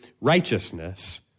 righteousness